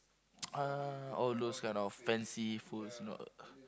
uh all those kind of fancy food no